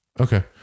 Okay